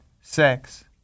sex